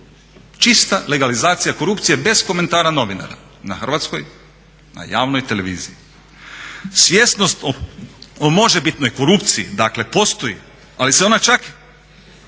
Čista legalizacije korupcije bez komentara novinara, na Hrvatskoj, na javnoj televiziji. Svjesnost o možebitnoj korupciji dakle postoji ali se ona čak